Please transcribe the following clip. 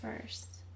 first